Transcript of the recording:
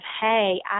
hey